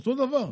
אותו דבר.